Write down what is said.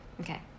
Okay